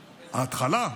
ההתחלה,